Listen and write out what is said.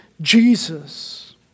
Jesus